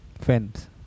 fans